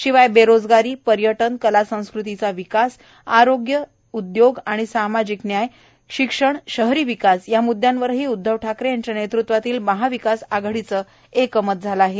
शिवाय बेरोजगारी पर्यटन कलासंस्कृतीचा विकास आरोग्य उद्योग आणि सामाजिक न्याय शिक्षण शहरी विकास या मूद्यांवरही उद्धव ठाकरे यांच्या नेतृत्वातील महाविकास आधाडीचं एकमत झालं आहे